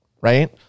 right